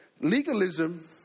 Legalism